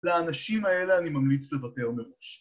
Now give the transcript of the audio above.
לאנשים האלה אני ממליץ לוותר מראש.